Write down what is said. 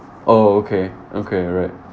oh okay okay right